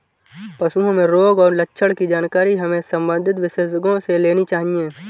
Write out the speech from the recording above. पशुओं में रोग और लक्षण की जानकारी हमें संबंधित विशेषज्ञों से लेनी चाहिए